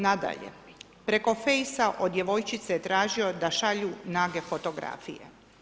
Nadalje, preko Facebooka od djevojčice je tražio da šalje nage fotografije.